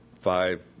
Five